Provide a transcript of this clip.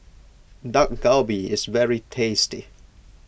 Dak Galbi is very tasty